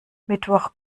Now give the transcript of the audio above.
mittwoch